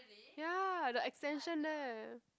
ya the extension there